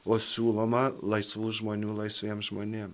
o siūloma laisvų žmonių laisviems žmonėms